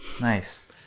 Nice